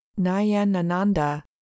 Nayanananda